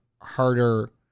harder